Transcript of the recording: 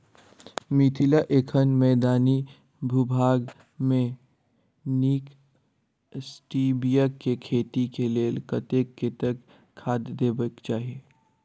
मिथिला एखन मैदानी भूभाग मे नीक स्टीबिया केँ खेती केँ लेल कतेक कतेक खाद देबाक चाहि?